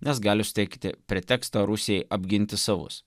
nes gali suteikti pretekstą rusijai apginti savus